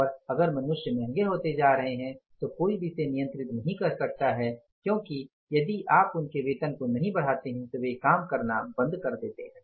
और अगर मनुष्य महंगे होते जा रहे हैं तो कोई भी इसे नियंत्रित नहीं कर सकता है क्योंकि यदि आप उनके वेतन को नहीं बढ़ाते हैं तो वे काम करना बंद कर देते है